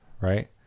Right